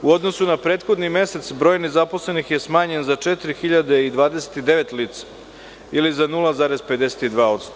U odnosu na prethodni mesec, broj nezaposlenih je smanjen za 4.029 lica ili za 0,52%